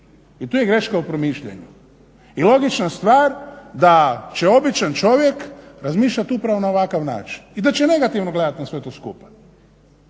I tu je greška u promišljanju. I logična stvar da će običan čovjek razmišljati upravo na ovakav način i da će negativno gledati na sve to skupa.